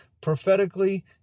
prophetically